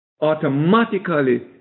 automatically